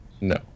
No